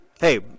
Hey